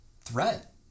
Threat